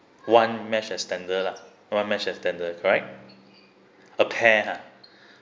one mesh extender lah one mash extender correct a pair lah